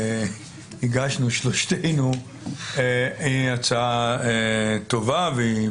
הגשנו שלושתנו, היא הצעה טובה והיא